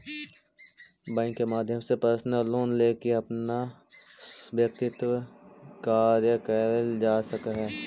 bank के माध्यम से पर्सनल लोन लेके अपन व्यक्तिगत कार्य कैल जा सकऽ हइ